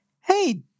hey